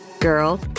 Girl